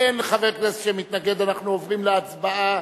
באין חבר כנסת שמתנגד אנחנו עוברים להצבעה.